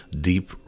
deep